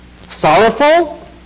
sorrowful